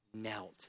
knelt